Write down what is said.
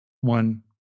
one